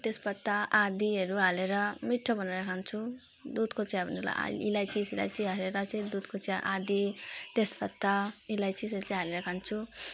तेजपत्ता आदिहरू हालेर मिठो बनाएर खान्छु दुधको चिया भन्नेलाई अलैँची सलैँची हालेर चाहिँ दुधको चिया आदि तेजपत्ता अलैँची सलैँची हालेर खान्छु